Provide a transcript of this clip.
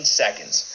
seconds